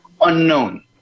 unknown